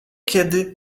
kiedy